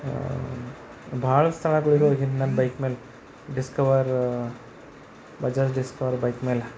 ಭಾಳ ಸ್ತಳಗಳು ಹೋಗೀನಿ ನಾನು ಬೈಕ್ ಮೇಲೆ ಡಿಸ್ಕವರ್ ಬಜಾಜ್ ಡಿಸ್ಕವರ್ ಬೈಕ್ ಮೇಲೆ